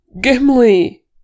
Gimli